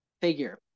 figure